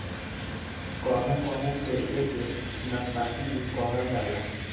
कहू कहू पे एके नाशपाती भी कहल जाला